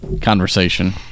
conversation